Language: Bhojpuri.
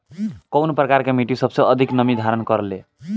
कउन प्रकार के मिट्टी सबसे अधिक नमी धारण करे ले?